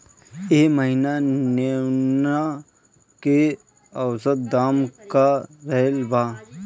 एह महीना नेनुआ के औसत दाम का रहल बा?